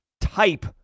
type